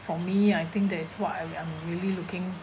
for me I think that is what I I'm really looking